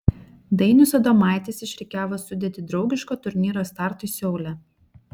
dainius adomaitis išrikiavo sudėtį draugiško turnyro startui seule